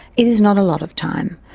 it is not a lot of time.